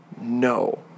No